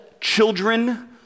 children